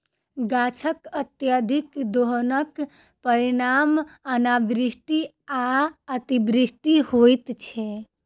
गाछकअत्यधिक दोहनक परिणाम अनावृष्टि आ अतिवृष्टि होइत छै